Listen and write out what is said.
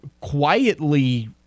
quietly